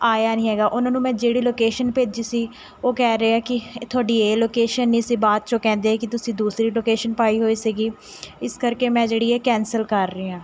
ਆਇਆ ਨਹੀਂ ਹੈਗਾ ਉਹਨਾਂ ਨੂੰ ਮੈਂ ਜਿਹੜੀ ਲੋਕੇਸ਼ਨ ਭੇਜੀ ਸੀ ਉਹ ਕਹਿ ਰਹੇ ਆ ਕਿ ਤੁਹਾਡੀ ਇਹ ਲੋਕੇਸ਼ਨ ਨਹੀਂ ਸੀ ਬਾਅਦ 'ਚ ਉਹ ਕਹਿੰਦੇ ਕਿ ਤੁਸੀਂ ਦੂਸਰੀ ਲੋਕੇਸ਼ਨ ਪਾਈ ਹੋਈ ਸੀਗੀ ਇਸ ਕਰਕੇ ਮੈਂ ਜਿਹੜੀ ਇਹ ਕੈਂਸਲ ਕਰ ਰਹੀ ਹਾਂ